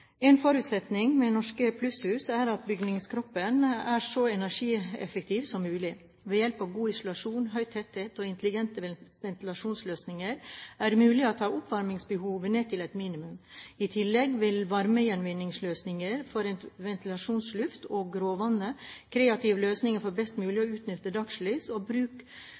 En forutsetning ved norske plusshus er at bygningskroppen er så energieffektiv som mulig. Ved hjelp av god isolasjon, høy tetthet og intelligente ventilasjonsløsninger er det mulig å ta oppvarmingsbehovet ned til et minimum. I tillegg vil varmegjenvinningsløsninger for ventilasjonsluften og gråvannet, kreative løsninger for best mulig å utnytte dagslys og bruk